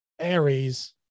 aries